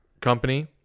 company